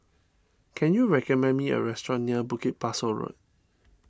can you recommend me a restaurant near Bukit Pasoh Road